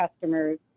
customers